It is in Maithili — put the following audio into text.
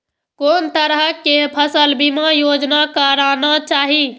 कोन तरह के फसल बीमा योजना कराना चाही?